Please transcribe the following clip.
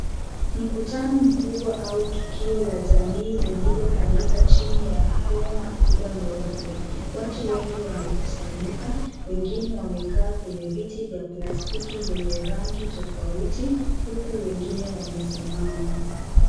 Mkutano mkubwa au tukio la jamii lililofanyika chini ya hema kubwa nyeupe, watu wengi wamekusanyika wengine, wamekaa kwenye viti ya plastiki venye rangi tofauti huku wengine wamesimama.